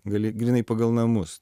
gali grynai pagal namus